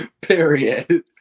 Period